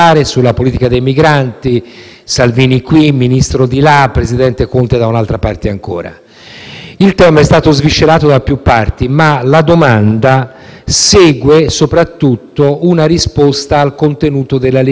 Il tema è stato sviscerato da più parti, ma la domanda segue soprattutto una risposta al contenuto della legge costituzionale n. 1 del 1989. È lì il punto e lì casca l'asino.